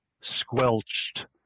squelched